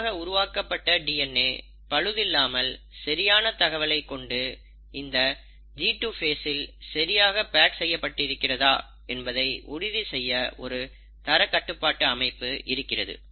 புதிதாக உருவாக்கப்பட்ட டிஎன்ஏ பழுதில்லாமல் சரியான தகவலை கொண்டு இந்த G2 ஃபேசில் சரியாக பேக் செய்யப்பட்டிருக்கிறதா என்பதை உறுதி செய்ய ஒரு தரக்கட்டுப்பாட்டு அமைப்பு இருக்கிறது